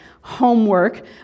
homework